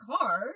car